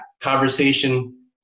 conversation